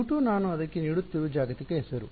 U2 ನಾನು ಅದಕ್ಕೆ ನೀಡುತ್ತಿರುವ ಜಾಗತಿಕ ಹೆಸರು